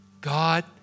God